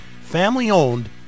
family-owned